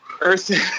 Earth